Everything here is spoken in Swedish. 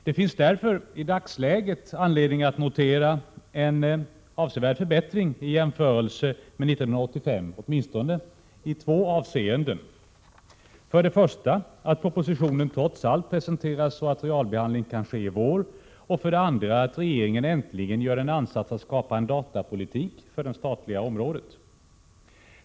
Det finns därför i dagsläget anledning att notera en avsevärd förbättring i jämförelse med 1985, åtminstone i två avseenden: för det första att propositionen trots allt presenterades så att realbehandling kan ske i vår, och för det andra att regeringen äntligen gör en ansats att skapa en datapolitik för det statliga området.